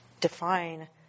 define